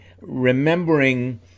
remembering